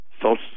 social